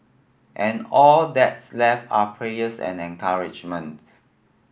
and all that's left are prayers and encouragement